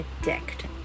addict